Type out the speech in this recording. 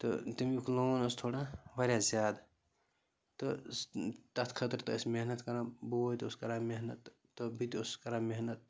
تہٕ تَمیُک لون اوس تھوڑا واریاہ زیاد تہٕ تَتھ خٲطرٕ تہٕ ٲسۍ محنت کَران بوے تہِ اوس کَران محنت تہٕ بہٕ تہِ اوس کَران محنت